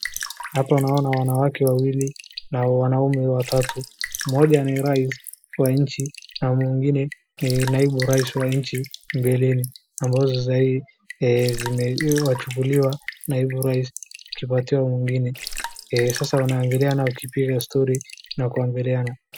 Hapa naona wanawake wawili na wanaume watatu, mmoja ni raisi wa nchi na mwingine ni naibu raisi wa nchi mbeleni ambazo sai zimewachukuliwa naibu raisi ikipatiwa mwingine. Sasa wanaangaliana wakipiga stori na kuangaliana.